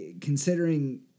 considering